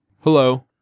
Hello